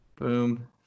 boom